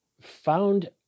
found